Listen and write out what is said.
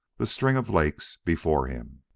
the string of lakes before him.